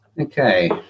Okay